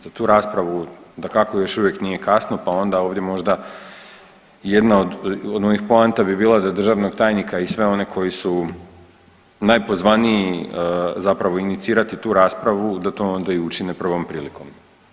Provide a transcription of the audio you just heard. Za tu raspravu dakako još uvijek nije kasno, pa onda ovdje možda jedna od onih poanta bi bila da državnog tajnika i sve one koji su najpozvaniji zapravo inicirati tu raspravu da to onda i učine prvom prilikom.